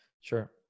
Sure